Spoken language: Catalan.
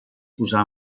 posà